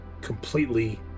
Completely